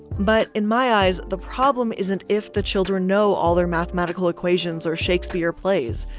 but in my eyes, the problem isn't if the children know all their mathematical equations or shakespeare plays.